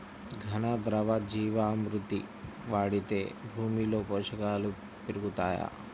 ఘన, ద్రవ జీవా మృతి వాడితే భూమిలో పోషకాలు పెరుగుతాయా?